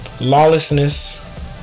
lawlessness